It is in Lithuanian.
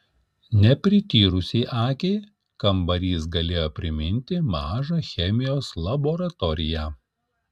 neprityrusiai akiai kambarys galėjo priminti mažą chemijos laboratoriją